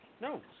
No